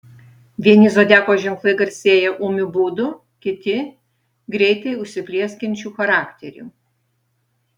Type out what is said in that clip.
vieni zodiako ženklai garsėja ūmiu būdu kiti greitai užsiplieskiančiu charakteriu